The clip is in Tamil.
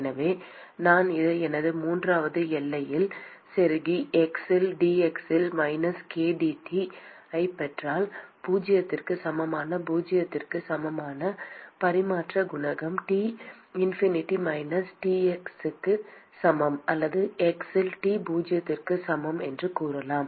எனவே நான் இதை எனது மூன்றாவது எல்லை நிலையில் செருகி x இல் dx இல் minus k dT ஐப் பெற்றால் பூஜ்ஜியத்திற்கு சமமான பூஜ்ஜியத்திற்கு சமமான வெப்ப பரிமாற்ற குணகம் T இன்ஃபினிட்டி மைனஸ் Ts க்கு சமம் அல்லது x இல் T பூஜ்ஜியத்திற்கு சமம் என்று கூறலாம்